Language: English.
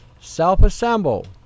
self-assemble